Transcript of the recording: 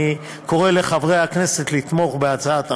אני קורא לחברי הכנסת לתמוך בהצעת החוק.